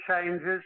changes